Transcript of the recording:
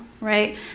right